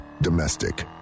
Domestic